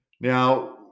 Now